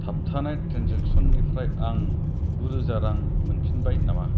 थाबथानाय ट्रेन्सेकसननिफ्राय आं गुरोजा रां मोनफिनबाय नामा